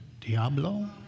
Diablo